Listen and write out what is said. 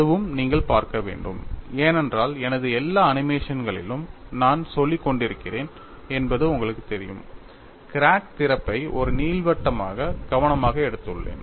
அதுவும் நீங்கள் பார்க்க வேண்டும் ஏனென்றால் எனது எல்லா அனிமேஷன்களிலும் நான் சொல்லிக்கொண்டிருக்கிறேன் என்பது உங்களுக்குத் தெரியும் கிராக் திறப்பை ஒரு நீள்வட்டமாக கவனமாக எடுத்துள்ளேன்